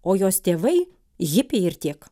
o jos tėvai hipiai ir tiek